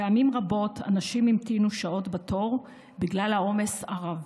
פעמים רבות אנשים המתינו שעות בתור בגלל העומס הרב.